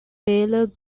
paler